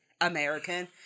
American